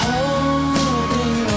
Holding